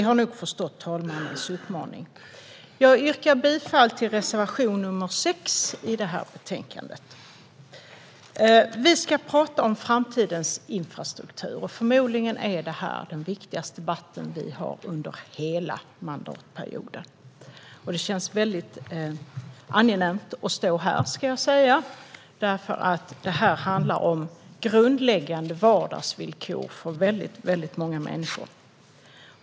Herr talman! Jag yrkar bifall till reservation 6 i utskottets betänkande. Vi ska tala om framtidens infrastruktur, och förmodligen är det här den viktigaste debatten vi har under hela mandatperioden. Det känns väldigt angenämt att stå här, för det här handlar om grundläggande vardagsvillkor för väldigt många människor.